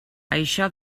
això